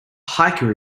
hiker